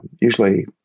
Usually